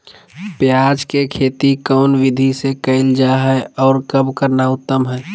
प्याज के खेती कौन विधि से कैल जा है, और कब करना उत्तम है?